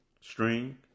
string